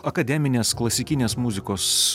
akademinės klasikinės muzikos